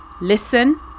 listen